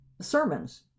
sermons